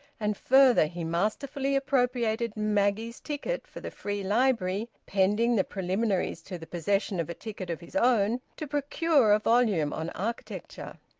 and further, he masterfully appropriated maggie's ticket for the free library, pending the preliminaries to the possession of a ticket of his own, to procure a volume on architecture.